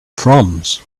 proms